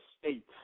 state